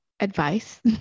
Advice